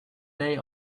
day